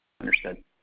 Understood